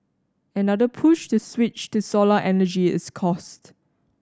another push to switch to solar energy is cost